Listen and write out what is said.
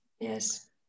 Yes